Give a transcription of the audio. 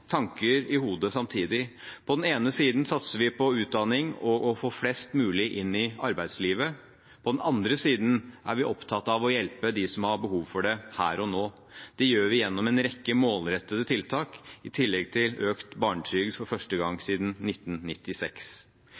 tanker i hodet samtidig. På den ene siden satser vi på utdanning og å få flest mulig inn i arbeidslivet. På den andre siden er vi opptatt av å hjelpe dem som har behov for det her og nå. Det gjør vi gjennom en rekke målrettede tiltak, i tillegg til økt barnetrygd for første gang siden 1996.